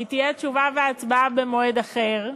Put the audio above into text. כי תשובה והצבעה במועד אחר.